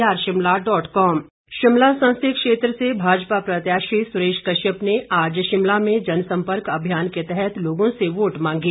सुरेश कश्यप शिमला संसदीय क्षेत्र से भाजपा प्रत्याशी सुरेश कश्यप ने आज शिमला में जनसम्पर्क अभियान के तहत लोगों से वोट मांगे